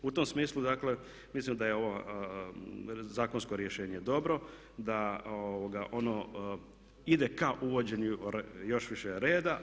U tom smislu dakle mislim da je ovo zakonsko rješenje dobro, da ono ide ka uvođenju još više reda.